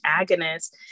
agonist